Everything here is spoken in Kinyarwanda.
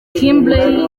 kimbley